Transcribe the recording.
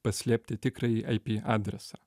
paslėpti tikrąjį ai py adresą